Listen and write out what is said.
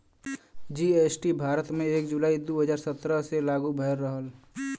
GST Bharat में एक जुलाई दू हजार सत्रह से लागू भयल रहल